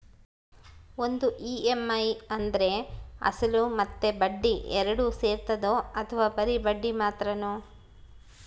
ಒಂದು ಇ.ಎಮ್.ಐ ಅಂದ್ರೆ ಅಸಲು ಮತ್ತೆ ಬಡ್ಡಿ ಎರಡು ಸೇರಿರ್ತದೋ ಅಥವಾ ಬರಿ ಬಡ್ಡಿ ಮಾತ್ರನೋ?